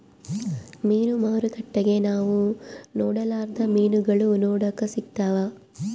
ಮೀನು ಮಾರುಕಟ್ಟೆಗ ನಾವು ನೊಡರ್ಲಾದ ಮೀನುಗಳು ನೋಡಕ ಸಿಕ್ತವಾ